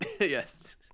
Yes